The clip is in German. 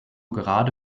gerade